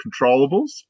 controllables